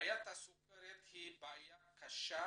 בעיית הסוכרת היא בעיה קשה